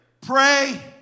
pray